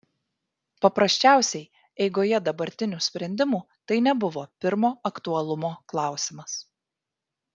paprasčiausiai eigoje dabartinių sprendimų tai nebuvo pirmo aktualumo klausimas